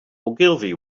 ogilvy